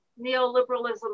neoliberalism